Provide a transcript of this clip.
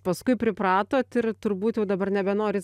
paskui pripratot ir turbūt jau dabar nebenorit